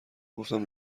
گفتم